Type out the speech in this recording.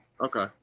okay